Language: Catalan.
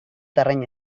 terreny